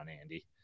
Andy